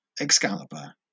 Excalibur